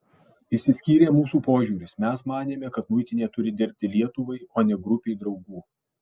išsiskyrė mūsų požiūris mes manėme kad muitinė turi dirbti lietuvai o ne grupei draugų